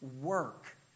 work